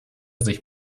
sich